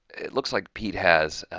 it looks like pete has